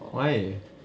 why